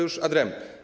Już ad rem.